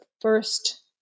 first